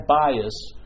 bias